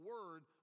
Word